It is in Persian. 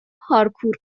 پارکور